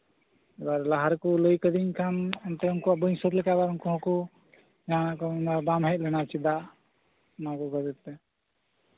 ᱮᱵᱟᱨ ᱞᱟᱦᱟ ᱨᱮᱠᱚ ᱞᱟᱹᱭ ᱠᱟᱹᱫᱤᱧ ᱠᱷᱟᱱ ᱩᱱᱠᱩᱣᱟᱜ ᱵᱟᱹᱧ ᱥᱳᱫ ᱞᱮᱠᱷᱟᱡ ᱩᱱᱠᱩ ᱦᱚᱸ ᱢᱮᱱᱟᱠᱚ ᱵᱟᱢ ᱦᱮᱡ ᱞᱮᱱᱟ ᱪᱮᱫᱟᱜ ᱚᱱᱟᱠᱚ ᱵᱟᱵᱚᱫ ᱛᱮ